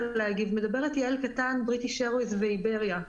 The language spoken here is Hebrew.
מבריטיש ארוויז ואיבריה.